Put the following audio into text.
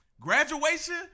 Graduation